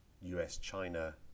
US-China